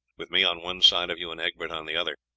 with me on one side of you and egbert on the other.